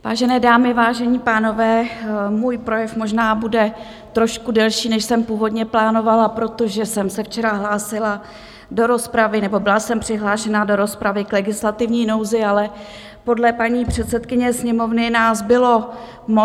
Vážené dámy, vážení pánové, můj projev možná bude trošku delší, než jsem původně plánovala, protože jsem se včera hlásila do rozpravy, nebo byla jsem přihlášena do rozpravy k legislativní nouzi, ale podle paní předsedkyně Sněmovny nás bylo moc.